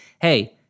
hey